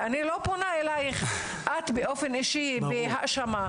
ואני לא פונה אלייך באופן אישי בהאשמה.